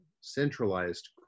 centralized